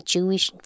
Jewish